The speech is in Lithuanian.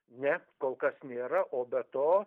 ne kol kas nėra o be to